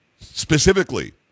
specifically